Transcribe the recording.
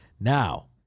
Now